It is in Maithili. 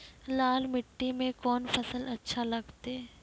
लाल मिट्टी मे कोंन फसल अच्छा लगते?